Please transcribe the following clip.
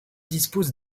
dispose